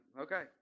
okay